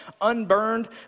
unburned